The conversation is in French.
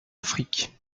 afrique